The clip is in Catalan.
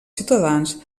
ciutadans